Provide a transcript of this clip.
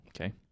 Okay